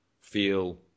feel